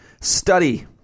study